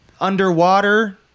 underwater